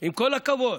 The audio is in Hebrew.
עם כל הכבוד.